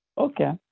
Okay